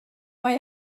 mae